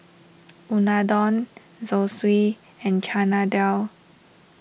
Unadon Zosui and Chana Dal